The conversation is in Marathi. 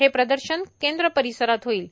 हे प्रदर्शन केंद्र परिसरात होईल